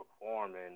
performing